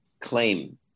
claim